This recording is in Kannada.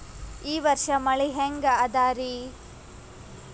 ಈ ವರ್ಷ ಮಳಿ ಹೆಂಗ ಅದಾರಿ?